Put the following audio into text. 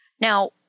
Now